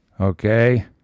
okay